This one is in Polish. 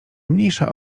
mniejsza